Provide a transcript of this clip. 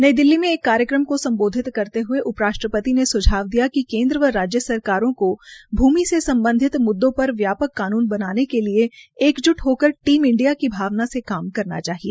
नई दिल्ली में एक कार्यक्रम को सम्बोधित करते हये उप राष्ट्रपति ने सुझाव दिया कि केन्द्र व राज्य सरकारों को भूमि से सम्बधित मुद्दों पर व्यापक कानून बनाने के लिये एक ज्ट होकर टीम इंडिया की भावना से करना चाहिए